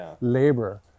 Labor